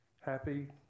happy